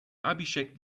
abhishek